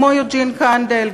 כמו יוג'ין קנדל,